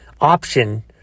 option